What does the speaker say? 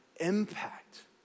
impact